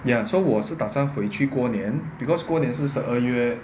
ya so 我是打算回去过年 because 过年是十二月